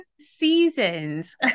seasons